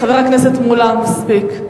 חבר הכנסת מולה, מספיק.